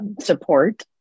support